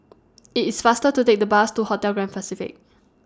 IT IS faster to Take The Bus to Hotel Grand Pacific